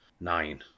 nine